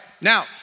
Now